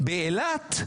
באילת?